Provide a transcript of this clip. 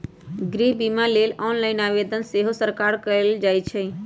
गृह बिमा लेल ऑनलाइन आवेदन सेहो सकार कएल जाइ छइ